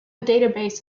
database